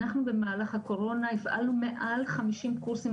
אנחנו במהלך הקורונה הפעלנו מעל חמישים קורסים